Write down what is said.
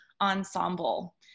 ensemble